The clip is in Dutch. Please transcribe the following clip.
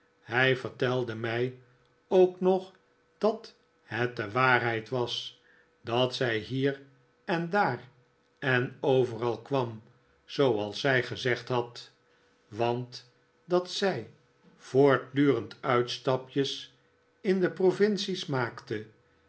hij vertelde mij ook nog dat het de waarheid was dat zij hier en daar en overal kwam zooals zij gezegd had want dat zij voortdurend uitstapjes in de provincies maakte